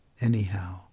anyhow